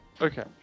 Okay